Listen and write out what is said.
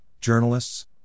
journalists